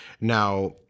Now